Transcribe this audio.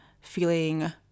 feeling